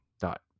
dot